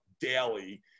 daily